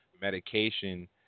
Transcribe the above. medication